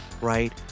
right